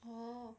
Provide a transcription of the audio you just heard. oh